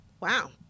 Wow